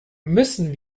müssen